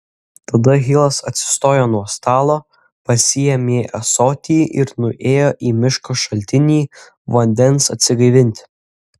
tada hilas atsistojo nuo stalo pasiėmė ąsotį ir nuėjo į miško šaltinį vandens atsigaivinti